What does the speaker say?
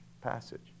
passage